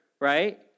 right